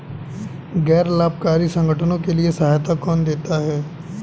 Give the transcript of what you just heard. गैर लाभकारी संगठनों के लिए सहायता कौन देता है?